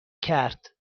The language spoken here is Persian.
کرد